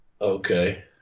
Okay